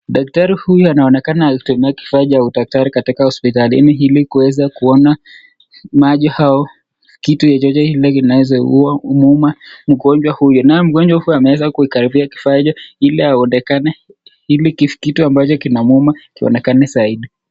Daktari huyu anaonekana akitumia kifaa cha udaktari katika hospitalini ili kuweza kuona macho au kitu chochote kile kinaweza kuwa kinamuuma mgonjwa huyu. Naye mgonjwa huyu ameweza kukikalibia kifaa hicho ili kitu ambacho kinamuuma kionekane zaidi.